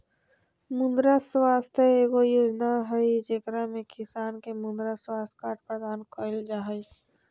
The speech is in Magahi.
मृदा स्वास्थ्य एगो योजना हइ, जेकरा में किसान के मृदा स्वास्थ्य कार्ड प्रदान कइल जा हइ